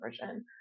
version